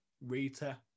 rita